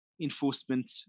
enforcement